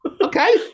Okay